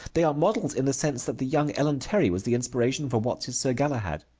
they are models in the sense that the young ellen terry was the inspiration for watts' sir galahad.